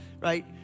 right